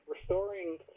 restoring